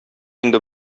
инде